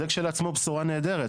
זה כשלעצמו בשורה נהדרת,